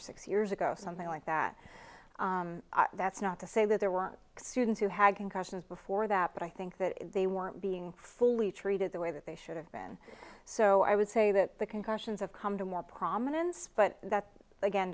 or six years ago something like that that's not to say that there weren't students who had concussions before that but i think that they weren't being fully treated the way that they should have been so i would say that the concussions have come to more prominence but that again